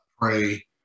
pray